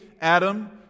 Adam